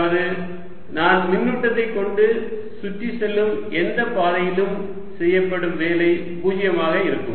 அதாவது நான் மின்னூட்டத்தை கொண்டு சுற்றி செல்லும் எந்த பாதையிலும் செய்யப்படும் வேலை 0 ஆக இருக்கும்